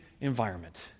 environment